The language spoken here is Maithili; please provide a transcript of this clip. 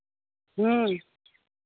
ह्म्म